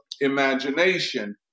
imagination